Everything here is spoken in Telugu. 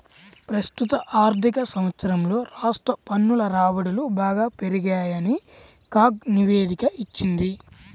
ప్రస్తుత ఆర్థిక సంవత్సరంలో రాష్ట్ర పన్నుల రాబడులు బాగా పెరిగాయని కాగ్ నివేదిక ఇచ్చింది